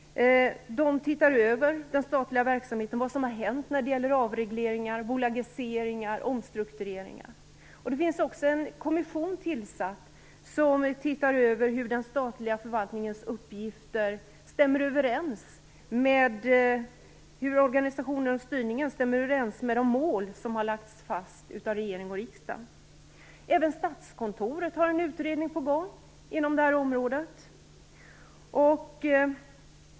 Den ser över den statliga verksamheten, vad som har hänt när det gäller avregleringar, bolagiseringar och omstruktureringar. Det har också tillsatts en kommission som ser över den statliga förvaltningens uppgifter, om organisationen och styrningen stämmer överens med de mål som har lagts fast av regering och riksdag. Även Statskontoret har en utredning på gång inom det här området.